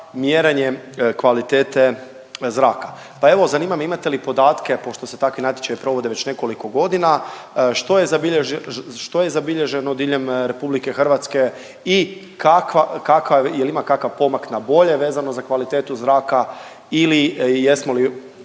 mjerenje kvalitete zraka. Pa evo zanima me imate li podatke pošto se takvi natječaji provode već nekoliko godina što je zabilježeno diljem RH i kakva, kakav jel ima kakav pomak na bolje vezano za kvalitetu zraka ili jesmo li